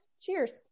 cheers